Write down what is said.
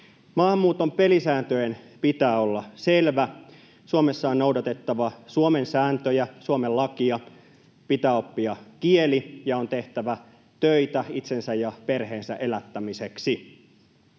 Maahanmuuton pelisääntöjen pitää olla selvät. Suomessa on noudatettava Suomen sääntöjä, Suomen lakia, pitää oppia kieli ja on tehtävä töitä itsensä ja perheensä elättämiseksi.